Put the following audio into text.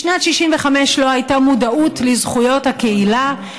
בשנת 1965 לא הייתה מודעות לזכויות הקהילה,